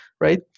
right